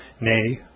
nay